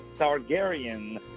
Targaryen